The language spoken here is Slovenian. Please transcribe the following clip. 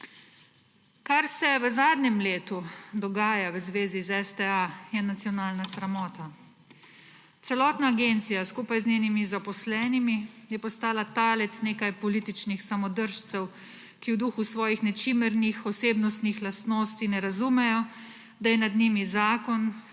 Kar se v zadnjem letu dogaja v zvezi z STA je nacionalna sramota. Celotna agencija skupaj z njenimi zaposlenimi je postala talec nekaj političnih samodržcev, ki v duhu svojih nečimrnih osebnostnih lastnosti ne razumejo, da je nad njimi zakon